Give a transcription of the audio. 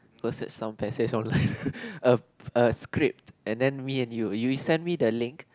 must have some passage online um a script and then me and you you send me the link